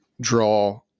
draw